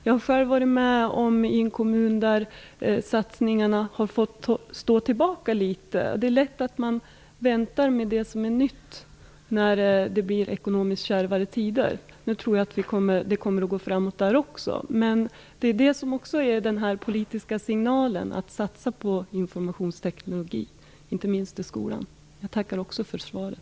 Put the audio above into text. Jag känner själv till en kommun där satsningarna litet grand har fått stå tillbaka. Det är lätt att vänta med sådant som är nytt i ekonomiskt kärvare tider. Nu tror jag att det kommer att gå framåt där också. Men det är inte minst den politiska signalen som är viktig för att satsa på informationsteknologin i skolorna. Jag tackar också för svaret.